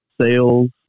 sales